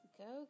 go